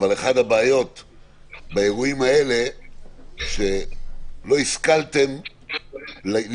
אבל אחת הבעיות באירועים האלה היא שלא השכלתם לבנות,